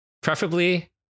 preferably